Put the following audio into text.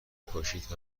پاشید